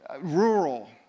rural